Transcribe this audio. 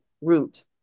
root